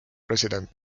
president